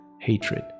hatred